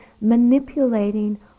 manipulating